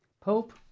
Pope